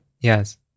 Yes